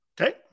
Okay